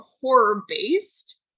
horror-based